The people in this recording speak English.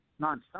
nonstop